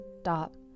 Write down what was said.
stop